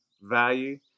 value